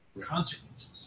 consequences